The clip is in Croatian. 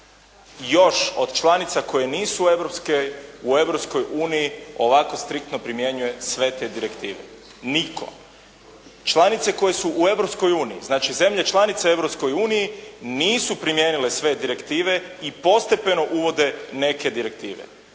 u Europskoj uniji ovako striktno primjenjuje sve te direktive? Nitko. Članice koje su u Europskoj uniji, znači zemlje članice u Europskoj uniji nisu primijenile sve direktive i postepeno uvode neke direktive.